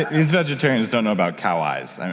these vegetarians don't know about cow eyes. and